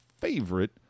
favorite